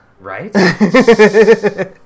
Right